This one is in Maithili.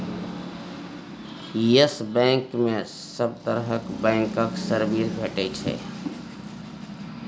यस बैंक मे सब तरहक बैंकक सर्विस भेटै छै